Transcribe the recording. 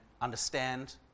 understand